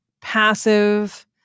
passive